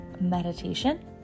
meditation